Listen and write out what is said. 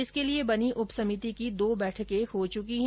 इसके लिये बनी उप समिति की दो बैठके हो चुकी है